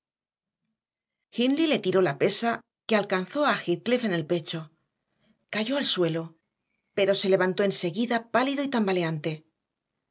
hindley le tiró la pesa que alcanzó a heathcliff en el pecho cayó al suelo pero se levantó enseguida pálido y tambaleante